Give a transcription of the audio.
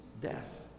Death